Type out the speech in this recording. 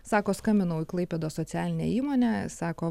sako skambinau į klaipėdos socialinę įmonę sako